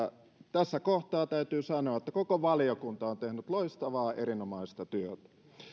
tässä kohtaa täytyy sanoa että koko valiokunta on tehnyt loistavaa erinomaista työtä